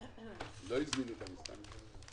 רב ראשי שיעמוד בראש ועדת בדיקה?